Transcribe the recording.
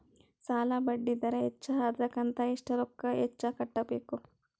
ಸಾಲಾ ಬಡ್ಡಿ ದರ ಹೆಚ್ಚ ಆದ್ರ ಕಂತ ಎಷ್ಟ ರೊಕ್ಕ ಹೆಚ್ಚ ಕಟ್ಟಬೇಕು?